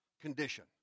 condition